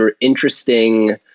interesting